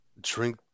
drink